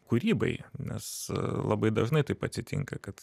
kūrybai nes labai dažnai taip atsitinka kad